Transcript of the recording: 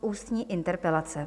Ústní interpelace